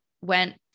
went